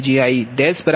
0 p